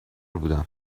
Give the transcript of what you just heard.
بودم